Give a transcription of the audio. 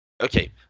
Okay